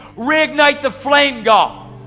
reignite the flame god!